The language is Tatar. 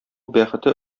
бәхете